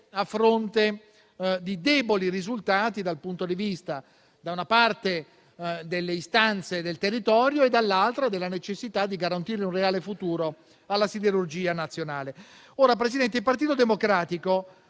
a fronte di deboli risultati dal punto di vista, da una parte, delle istanze del territorio e, dall'altra, della necessità di garantire un reale futuro alla siderurgia nazionale.